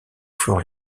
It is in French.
fur